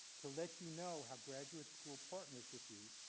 to let you know how graduate school partners with you,